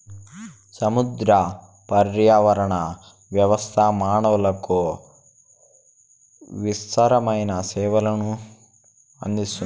సముద్ర పర్యావరణ వ్యవస్థ మానవులకు విసృతమైన సేవలను అందిస్తాయి